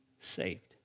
saved